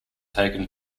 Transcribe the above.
taken